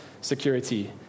security